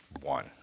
one